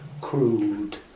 crude